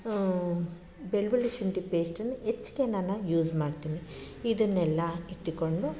ಬೆಳ್ಳುಳ್ಳಿ ಶುಂಠಿ ಪೇಸ್ಟನ್ನ ಹೆಚ್ಗೆ ನಾನು ಯೂಸ್ ಮಾಡ್ತೀನಿ ಇದನ್ನೆಲ್ಲ ಇಟ್ಟುಕೊಂಡು